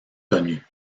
connus